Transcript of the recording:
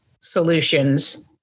solutions